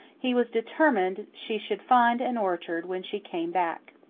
he was determined she should find an orchard when she came back.